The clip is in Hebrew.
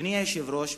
אדוני היושב-ראש,